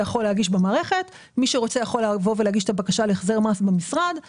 יכול להגיש במערכת ומי שרוצה יכול לבוא ולהגיש את הבקשה להחזר מס במשרד.